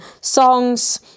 songs